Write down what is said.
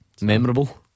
Memorable